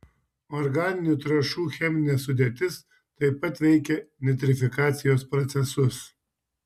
organinių trąšų cheminė sudėtis taip pat veikia nitrifikacijos procesus